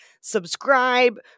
subscribe